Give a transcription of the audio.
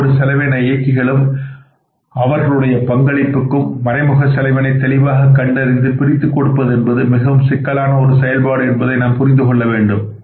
ஒவ்வொரு செலவின இயக்கி களுக்கும் அவர்களுடைய பங்களிப்புக்கும் மறைமுக செலவினை தெளிவாக கண்டறிந்து பிரித்துகொடுப்பது என்பது மிகவும் சிக்கலான ஒரு செயல்பாடு என்பதை நாம் புரிந்து கொள்ள வேண்டும்